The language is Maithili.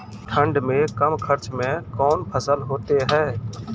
ठंड मे कम खर्च मे कौन फसल होते हैं?